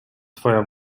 twoja